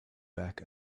back